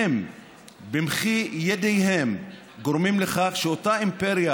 הם במחי יד גורמים לכך שאותה אימפריה